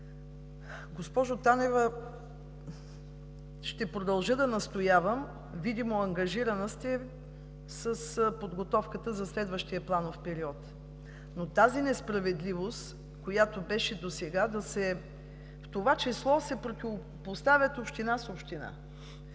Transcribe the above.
Госпожо Танева, ще продължа да настоявам – видимо, ангажирана сте с подготовката за следващия планов период. Тази несправедливост, която беше досега, в това число и да се противопоставят община на община